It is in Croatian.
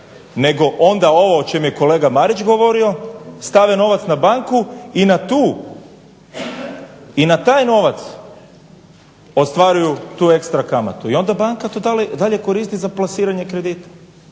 nego onda ovo o čemu je kolega Marić, stave novac na banku i na taj novac ostvaruju tu ekstra kamatu i onda banka to dalje koristi za plasiranje kredita,